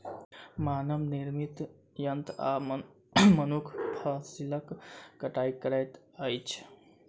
मानव निर्मित यंत्र आ मनुख फसिलक कटाई करैत अछि